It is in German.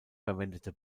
verwendete